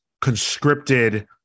conscripted